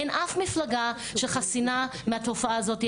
אין אף מפלגה שחסינה מהתופעה הזאתי,